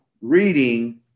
reading